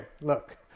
look